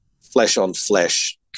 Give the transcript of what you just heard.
flesh-on-flesh